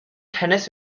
tennis